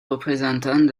représentants